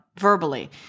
verbally